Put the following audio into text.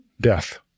death